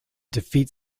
defeat